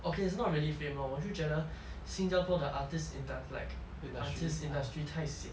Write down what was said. okay it's not really fame lor 我就觉得新加坡的 artists indu~ like artist industry 太 sian liao